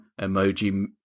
Emoji